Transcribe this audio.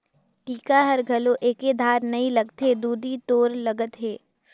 टीका हर घलो एके धार नइ लगथे दुदि तोर लगत हे